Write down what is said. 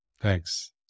Thanks